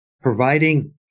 providing